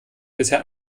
bisher